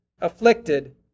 afflicted